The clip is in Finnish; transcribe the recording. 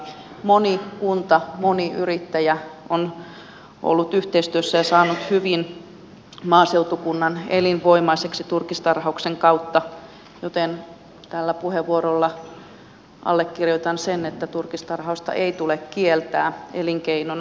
moni kunta moni yrittäjä on ollut yhteistyössä ja saanut hyvin maaseutukunnan elinvoimaiseksi turkistarhauksen kautta joten tällä puheenvuorolla allekirjoitan sen että turkistarhausta ei tule kieltää elinkeinona